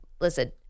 Listen